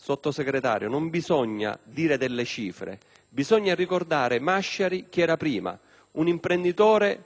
Sottosegretario, non bisogna riportare delle cifre, ma ricordare chi era Masciari prima: un imprenditore